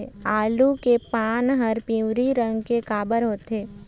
आलू के पान हर पिवरी रंग के काबर होथे?